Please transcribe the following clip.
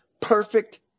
perfect